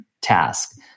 task